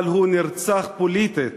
אבל הוא נרצח פוליטית